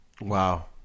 Wow